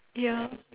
ya